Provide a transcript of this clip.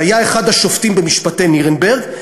שהיה אחד השופטים במשפטי נירנברג,